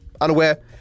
unaware